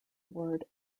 word